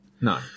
No